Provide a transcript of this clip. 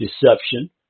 deception